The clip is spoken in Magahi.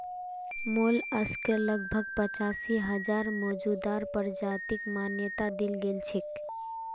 मोलस्क लगभग पचासी हजार मौजूदा प्रजातिक मान्यता दील गेल छेक